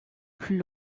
plus